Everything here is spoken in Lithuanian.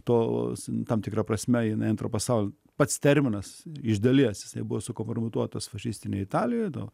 tos tam tikra prasme jinai antro pasaulio pats terminas iš dalies jisai buvo sukompromituotas fašistinėje italijoje dėl